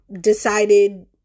decided